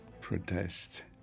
protest